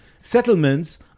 settlements